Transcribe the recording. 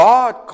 God